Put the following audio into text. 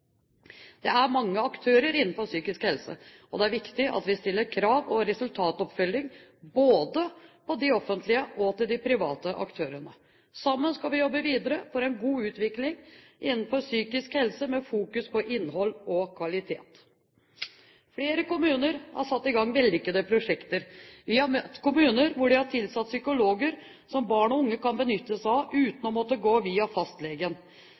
Det er mange aktører innenfor psykisk helse, og det er viktig at vi stiller krav til god kvalitet og resultatoppfølging til både de offentlige og private aktørene. Sammen skal vi jobbe videre for en god utvikling innenfor psykisk helse med fokus på innhold og kvalitet. Flere kommuner har satt i gang vellykkede prosjekter. Vi har møtt kommuner hvor de har tilsatt psykologer som barn og unge kan benytte seg av uten å måtte gå via fastlegen.